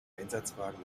einsatzwagen